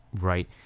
right